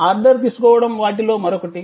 order తీసుకోవడం వాటిలో మరొకటి